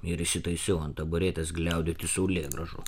ir įsitaisiau ant taburetės gliaudyti saulėgrąžų